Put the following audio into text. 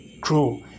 grow